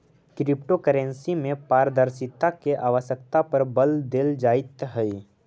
crypto currency में पारदर्शिता के आवश्यकता पर बल देल जाइत हइ